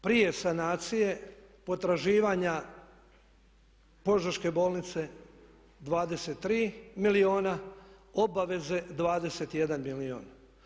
Prije sanacije potraživanja Požeške bolnice 23 milijuna, obaveze 21 milijun.